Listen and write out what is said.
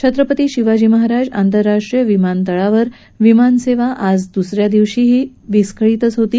छत्रपती शिवाजी महाराज आंतरराष्ट्रीय विमानतळांवर विमान सेवा आज दुस या दिवशी देखील विस्कळीत झाली आहे